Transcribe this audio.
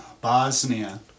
Bosnia